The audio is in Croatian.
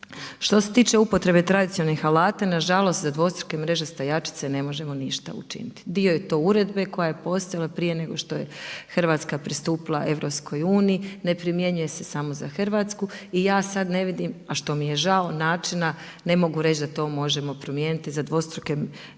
Što se tiče upotrebe tradicionalnih alata, na žalost za dvostruke mreže stajačice ne možemo ništa učiniti. Dio je to uredbe koja je postojala prije nego što je Hrvatska pristupila EU. Ne primjenjuje se samo za Hrvatsku i ja sad ne vidim, a što mi je žao načina, ne mogu reći da to možemo primijeniti za dvostruke mreže.